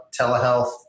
telehealth